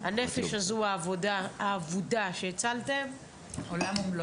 הנפש הזו האבודה שהצלתם - עולם ומלואו.